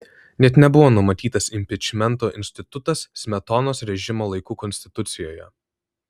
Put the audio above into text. net nebuvo numatytas impičmento institutas smetonos režimo laikų konstitucijose